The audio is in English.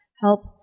Help